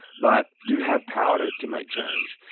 but do have power to make change.